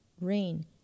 rain